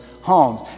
homes